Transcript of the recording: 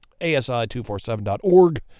ASI247.org